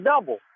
double